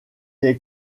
est